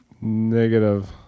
Negative